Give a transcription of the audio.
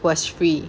was free